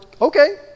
okay